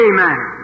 Amen